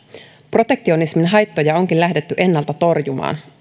protektionismin haittoja onkin lähdetty ennalta torjumaan